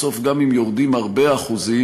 בסוף גם אם יורדים הרבה אחוזים,